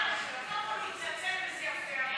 התנצל וזה יפה,